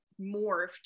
morphed